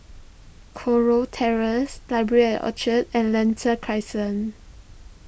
Kurau Terrace Library at Orchard and Lentor Crescent